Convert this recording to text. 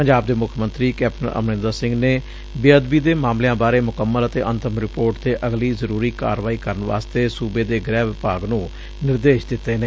ਪੰਜਾਬ ਦੇ ਮੁੱਖ ਮੰਤਰੀ ਕੈਪਟਨ ਅਮਰੰਦਰ ਸਿੰਘ ਨੇ ਬੇਅਦਬੀ ਦੇ ਮਾਮਲਿਆਂ ਬਾਰੇ ਮੁਕੰਮਲ ਅਤੇ ਅੰਤਿਮ ਰਿਪੋਰਟ ਤੇ ਅਗਲੀ ਜ਼ਰੁਰੀ ਕਾਰਵਾਈ ਕਰਨ ਵਾਸਤੇ ਸੁਬੇ ਦੇ ਗ੍ਰਹਿ ਵਿਭਾਗ ਨੂੰ ਨਿਰਦੇਸ਼ ਦਿੱਤੇ ਨੇ